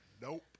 Nope